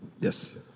Yes